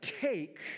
take